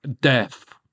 death